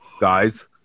guys